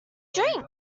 drink